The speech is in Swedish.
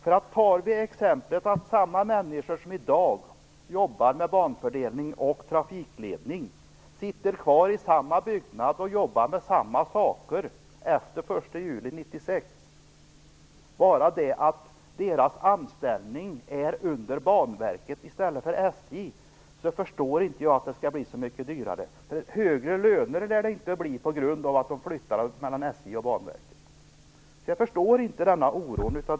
Om jag tar exemplet att samma människor som i dag jobbar med banfördelning och trafikledning sitter kvar i samma byggnad och jobbar med samma saker efter den 1 juli 1996, men att deras anställning är under Banverket i stället för under SJ, förstår jag inte att det skall bli så mycket dyrare. Högre löner lär det inte bli på grund av att de flyttar mellan SJ och Banverket. Jag förstår inte den oron.